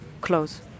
close